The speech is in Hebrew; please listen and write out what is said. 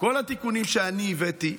כל התיקונים שאני הבאתי,